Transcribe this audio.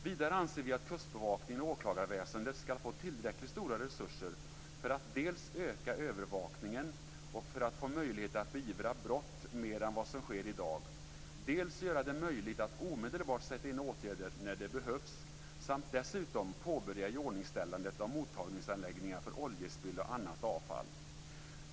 Vidare anser vi att Kustbevakningen och åklagarväsendet skall få tillräckligt stora resurser för att dels öka övervakningen och få möjlighet att beivra brott mer än som i dag sker, dels göra det möjligt att omedelbart sätta in åtgärder när det behövs samt dessutom påbörja iordningställandet av mottagningsanläggningar för oljespill och annat avfall.